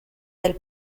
del